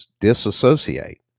disassociate